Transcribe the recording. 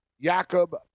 Jakob